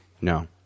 No